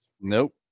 nope